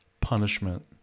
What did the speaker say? punishment